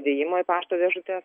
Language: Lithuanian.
dėjimo į pašto dėžutes